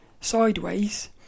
sideways